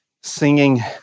singing